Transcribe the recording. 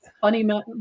funny